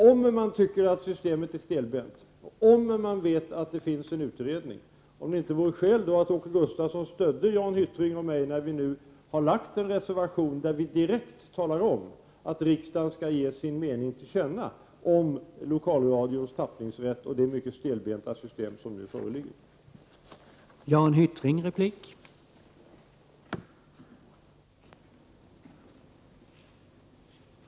Om man tycker att systemet är stelbent och om man vet att en utredning pågår är frågan om det inte vore skäl för Åke Gustavsson att stödja Jan Hyttring och mig. Vi har ju skrivit en reservation i vilken vi tydligt talar om att riksdagen borde ge regeringen till känna sin uppfattning om lokalradions tappningsrätt och det mycket stelbenta system som på den punkten nu gäller.